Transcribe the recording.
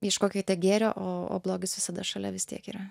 ieškokite gėrio o o blogis visada šalia vis tiek yra